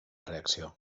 reacció